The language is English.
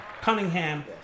Cunningham